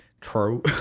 True